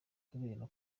kubera